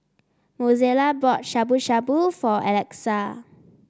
Mozella bought Shabu Shabu for Alexa